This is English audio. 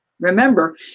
Remember